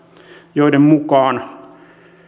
joiden mukaan